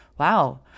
wow